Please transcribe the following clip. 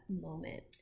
moment